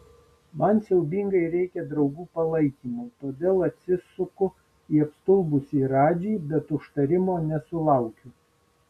man siaubingai reikia draugų palaikymo todėl atsisuku į apstulbusį radžį bet užtarimo nesulaukiu